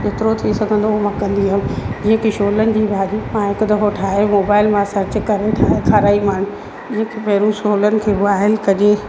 जेतिरो थी सघंदो हो मां कंदी हुअमि जीअं छोलनि जी भाॼी मां हिकु दफ़ो ठाहे मोबाइल मां सर्च करे ठाहे खाराईमानि पहिरों छोलनि खे बॉइल कजे